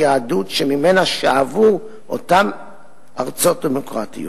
היהדות שממנה שאבו אותן ארצות דמוקרטיות".